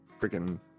freaking